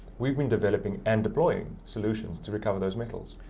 we've been developing and deploying solutions to recover those metals.